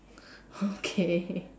okay